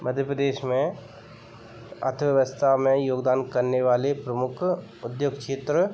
मध्य प्रदेश में अर्थव्यवस्था में योगदान करने वाले प्रमुख उद्योग क्षेत्र